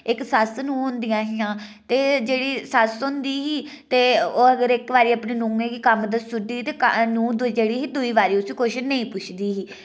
इक सस्स नूंह् होंदियां हियां ते जेह्ड़ी सस्स होंदी ही ओह् अगर इक बारी अपनी नूहें गी कम्म दस्सी उड़दी ही ते नूंह् जेह्ड़ी ही दूई बारी उसी किश नेईं पुच्छदी ही